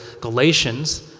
Galatians